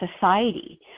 society